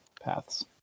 paths